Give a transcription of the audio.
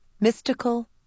mystical